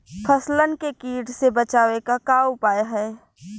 फसलन के कीट से बचावे क का उपाय है?